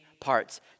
parts